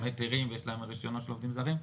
היתרים ויש להם רשיונות לעובדים זרים.